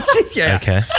okay